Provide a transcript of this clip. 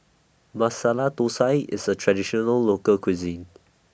Masala Thosai IS A Traditional Local Cuisine